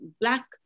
black